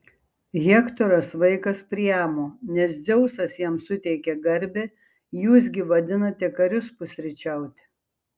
hektoras vaikas priamo nes dzeusas jam suteikė garbę jūs gi vadinate karius pusryčiauti